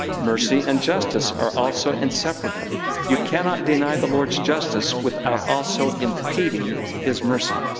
mercy and justice are also inseparable you cannot deny the lord's justice without also impeding his mercy.